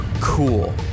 cool